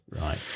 Right